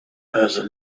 asked